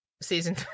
season